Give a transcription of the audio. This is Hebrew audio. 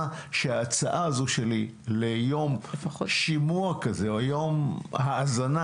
לבדוק שההצעה שלי ליום שימוע כזה או אולי יום האזנה,